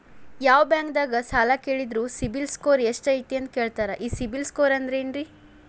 ಯಾವ ಬ್ಯಾಂಕ್ ದಾಗ ಸಾಲ ಕೇಳಿದರು ಸಿಬಿಲ್ ಸ್ಕೋರ್ ಎಷ್ಟು ಅಂತ ಕೇಳತಾರ, ಈ ಸಿಬಿಲ್ ಸ್ಕೋರ್ ಅಂದ್ರೆ ಏನ್ರಿ?